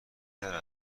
داره